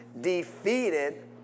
defeated